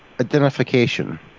Identification